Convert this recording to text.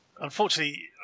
Unfortunately